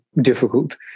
difficult